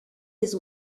his